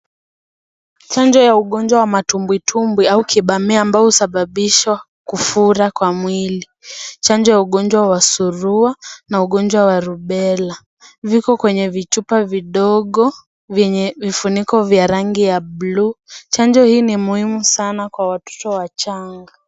Chanjo ya ugonjwa wa matumbwitumbwi au kibamea ambao husababisha kufura kwa mwili. Chanjo ya ugonjwa wa surua na ugonjwa wa rubela viko kwenye vichupa vidogo vyenye vifuniko vya rangi ya bluu , chanjo hii ni muhimu sana kwa watoto wachanga.